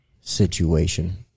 situation